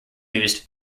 used